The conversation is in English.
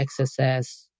XSS